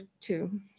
two